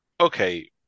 Okay